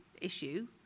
issue